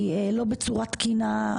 היא לא בצורה תקינה.